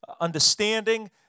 understanding